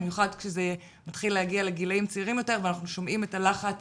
במיוחד כשזה מתחיל להגיע לגילאים צעירים יותר ואנחנו שומעים את הלחץ